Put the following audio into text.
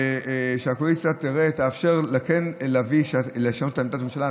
שהקואליציה תאפשר לשנות את עמדת הממשלה.